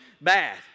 bad